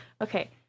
Okay